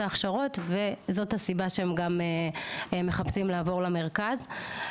ההכשרות וזאת הסיבה שהם גם מחפשים לעבור למרכז.